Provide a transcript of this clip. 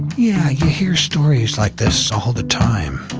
yeah. you hear stories like this all the time.